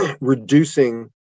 reducing